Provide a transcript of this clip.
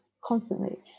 constantly